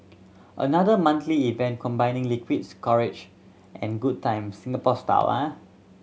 another monthly event combining liquid's courage and good times Singapore style